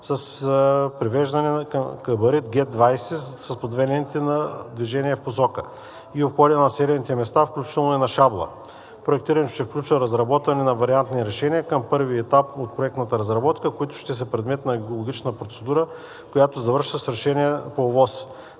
с привеждане към габарит Г20 с по две ленти на движение в посока и обходи на населените места, включително и на Шабла. Проектирането ще включва разработване на вариантни решения към първи етап от проектната разработка, които ще са предмет на екологична процедура, която завършва с решение по ОВОС.